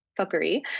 fuckery